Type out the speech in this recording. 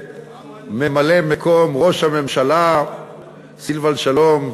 ממלא-מקום ראש הממשלה סילבן שלום,